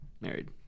Married